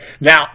Now